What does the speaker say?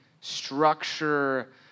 structure